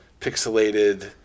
pixelated